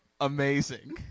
amazing